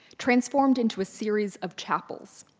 transformed into a series of chapels.